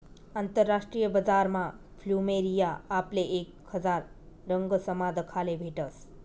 आंतरराष्ट्रीय बजारमा फ्लुमेरिया आपले एक हजार रंगसमा दखाले भेटस